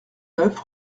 neuf